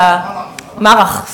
מָרח.